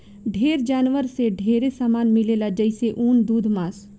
ढेर जानवर से ढेरे सामान मिलेला जइसे ऊन, दूध मांस